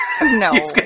No